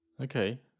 Okay